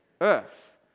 earth